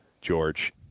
George